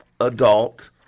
adult